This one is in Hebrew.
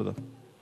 תודה.